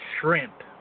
shrimp